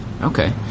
Okay